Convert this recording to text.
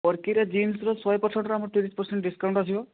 ସ୍ପରକିରେ ଜିନ୍ସରେ ଶହେ ପରସେଣ୍ଟ ଆମର ତିରିଶ ପରସେଣ୍ଟ ଡିସକାଉଣ୍ଟ ଆସିବ